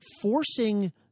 forcing